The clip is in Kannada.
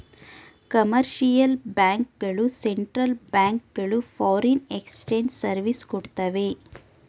ಕಮರ್ಷಿಯಲ್ ಬ್ಯಾಂಕ್ ಗಳು ಸೆಂಟ್ರಲ್ ಬ್ಯಾಂಕ್ ಗಳು ಫಾರಿನ್ ಎಕ್ಸ್ಚೇಂಜ್ ಸರ್ವಿಸ್ ಕೊಡ್ತವೆ